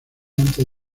antes